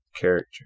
character